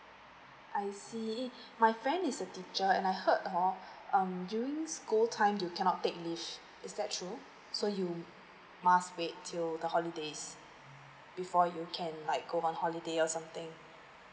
I see my friend is a teacher and I heard hor um during school time you cannot take leave is that true so you must wait till the holidays before you can like go on holiday or something